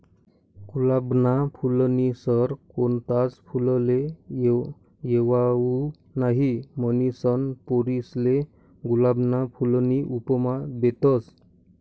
गुलाबना फूलनी सर कोणताच फुलले येवाऊ नहीं, म्हनीसन पोरीसले गुलाबना फूलनी उपमा देतस